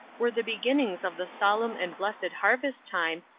were the beginnings of the solemn and blessed harvest time,